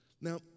now